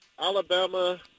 alabama